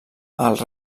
els